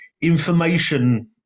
information